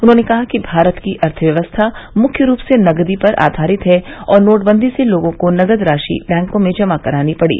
उन्होंने कहा कि भारत की अर्थव्यवस्था मुख्य रूप से नगदी पर आधारित है और नोटबंदी से लोगों को नगद राशि बैंकों में जमा करानी पड़ी